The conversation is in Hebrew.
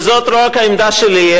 וזו לא רק העמדה שלי,